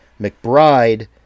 McBride